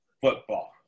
football